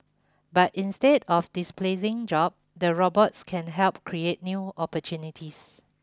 but instead of displacing job the robots can help create new opportunities